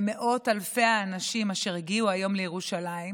במאות אלפי האנשים אשר הגיעו היום לירושלים,